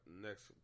next